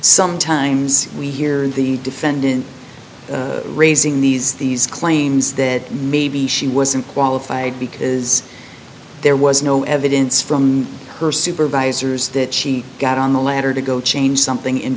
sometimes we hear in the defendant raising these these claims that maybe she wasn't qualified because there was no evidence from her supervisors that she got on the ladder to go change something in